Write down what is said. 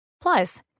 Plus